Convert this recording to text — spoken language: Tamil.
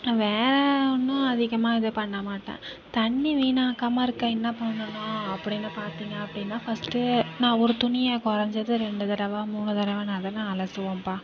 வேற ஒன்றும் அதிகமாக இது பண்ணமாட்டேன் தண்ணி வீணாக்காமல் இருக்க என்ன பண்ணனும்னா அப்படின்னு பார்த்தீங்க அப்படின்னா ஃபர்ஸ்ட் நான் ஒரு துணியை குறஞ்சது ரெண்டு தடவ மூணு தடவ நல்லா தான் அலசுவோம்பா